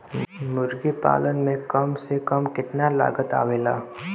मुर्गी पालन में कम से कम कितना लागत आवेला?